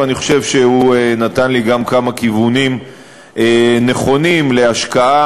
ואני חושב שהוא נתן לי גם כמה כיוונים נכונים להשקעה,